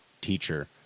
teacher